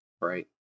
right